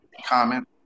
comment